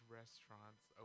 restaurants